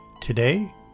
Today